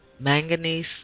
manganese